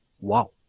Wow